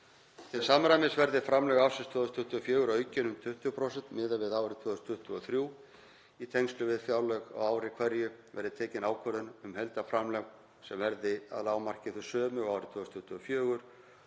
Til samræmis verði framlög ársins 2024 aukin um 20% miðað við árið 2023. Í tengslum við fjárlög á ári hverju verði tekin ákvörðun um heildarframlög, sem verði að lágmarki þau sömu og árið 2024,